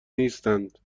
نیستند